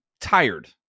tired